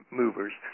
movers